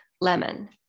lemon